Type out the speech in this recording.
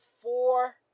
four